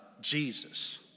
Jesus